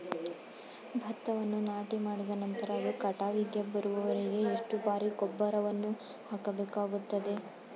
ಭತ್ತವನ್ನು ನಾಟಿಮಾಡಿದ ನಂತರ ಅದು ಕಟಾವಿಗೆ ಬರುವವರೆಗೆ ಎಷ್ಟು ಬಾರಿ ಗೊಬ್ಬರವನ್ನು ಹಾಕಬೇಕಾಗುತ್ತದೆ?